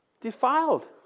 defiled